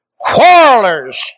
quarrelers